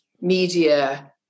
media